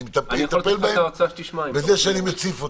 אני מטפל בהם בזה שאני מציף אותם.